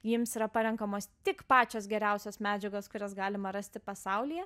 jiems yra parenkamos tik pačios geriausios medžiagos kurias galima rasti pasaulyje